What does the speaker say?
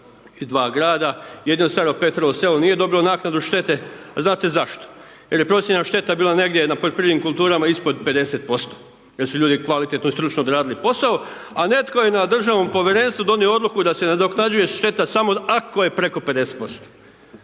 i 2 grada, jedino Staro Petrovo Selo nije dobilo naknadu štete, a znate zašto, jer je procjena šteta bila negdje na poljoprivrednim kulturama ispod 50% jer su ljudi kvalitetno i stručno odradili posao, a netko je na državnom Povjerenstvu donio odluku da se nadoknađuje šteta samo ako je preko 50%,